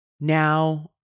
Now